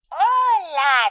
hola